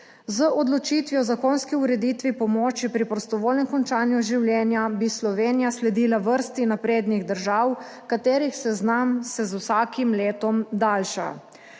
Z odločitvijo o zakonski ureditvi pomoči pri prostovoljnem končanju življenja bi Slovenija sledila vrsti naprednih držav katerih seznam se z vsakim letom daljša.